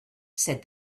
said